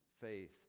faith